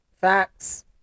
Facts